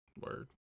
Word